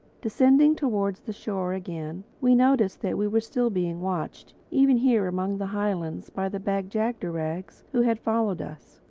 descending towards the shore again, we noticed that we were still being watched, even here among the highlands, by the bag-jagderags who had followed us.